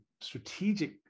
strategic